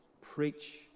preach